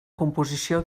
composició